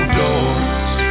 doors